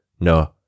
No